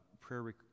prayer